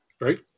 Right